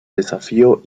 desafío